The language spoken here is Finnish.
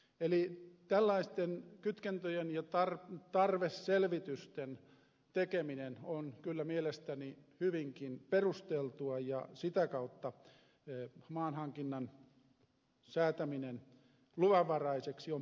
eli tällaisten kytkentöjen ja tarveselvitysten tekeminen on kyllä mielestäni hyvinkin perusteltua ja sitä kautta maanhankinnan säätäminen luvanvaraiseksi on paikallaan